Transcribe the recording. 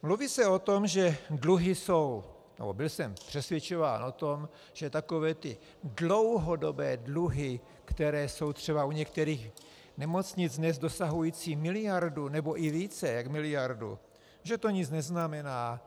Mluví se o tom, že dluhy jsou byl jsem přesvědčován o tom, že takové ty dlouhodobé dluhy, které jsou třeba u některých nemocnic, dnes dosahující miliardu, nebo i více než miliardu, že to nic neznamená.